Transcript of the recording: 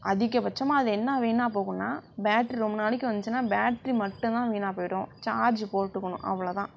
அதிகபட்சமாக அதில் என்ன வீணாக போகும்னா பேட்ரி ரொம்ப நாளைக்கு வந்துச்சின்னா பேட்ரி மட்டும் தான் வீணாக போயிடும் சார்ஜு போட்டுக்கணும் அவ்வளோ தான்